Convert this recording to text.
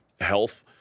health